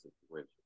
situation